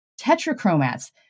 Tetrachromats